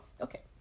okay